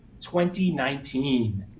2019